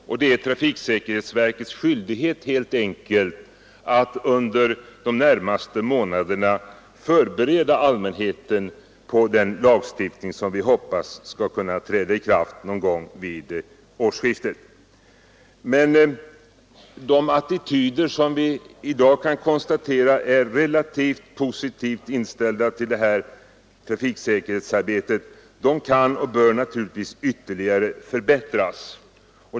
Det är helt enkelt trafiksäkerhetsverkets skyldighet att under de närmaste månaderna förbereda allmänheten på den lagstiftning som vi hoppas skall kunna träda i kraft någon gång vid årsskiftet. Vi kan i dag konstatera att människor är relativt positivt inställda till detta trafiksäkerhetsarbete, men attityderna kan och bör naturligtvis ytterligare förbättras.